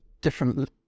different